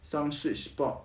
some sweet spot